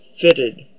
fitted